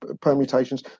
permutations